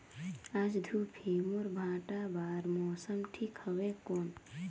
आज धूप हे मोर भांटा बार मौसम ठीक हवय कौन?